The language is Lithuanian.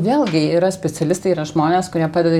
vėlgi yra specialistai yra žmonės kurie padeda